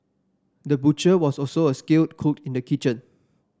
the butcher was also a skilled cook in the kitchen